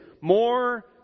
more